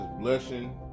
blushing